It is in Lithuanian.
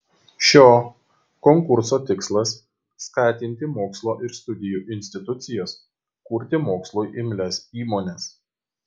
šio konkurso tikslas skatinti mokslo ir studijų institucijas kurti mokslui imlias įmones